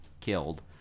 killed